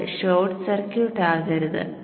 അത് short circuit ആകരുത്